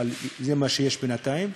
אבל זה מה שיש בינתיים,